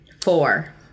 Four